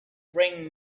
bring